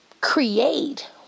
create